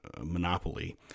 monopoly